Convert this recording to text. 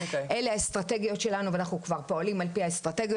אלה האסטרטגיות שלנו ואנחנו כבר פועלים על